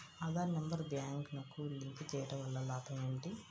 Aadhaar number బ్యాంక్నకు link చేయుటవల్ల లాభం ఏమిటి?